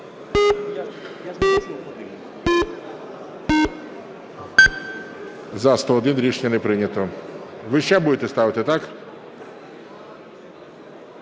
За-101 Рішення не прийнято. Ви ще будете ставити, так?